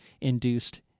induced